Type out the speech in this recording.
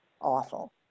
awful